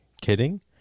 kidding